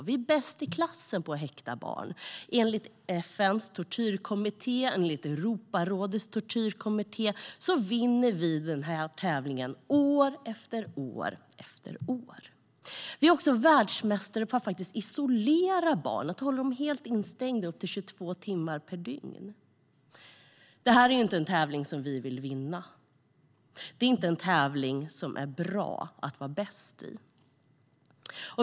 Vi är bäst i klassen på att häkta barn. Enligt FN:s tortyrkommitté och Europarådets tortyrkommitté vinner vi den här tävlingen år efter år. Vi är också världsmästare på att isolera barn och alltså hålla dem helt instängda i upp till 22 timmar per dygn. Det här är inte en tävling som vi vill vinna. Det är inte en tävling som det är bra att vara bäst i.